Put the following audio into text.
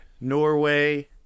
Norway